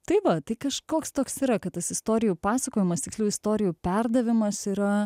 tai va tai kažkoks toks yra kad tas istorijų pasakojimas tiksliau istorijų perdavimas yra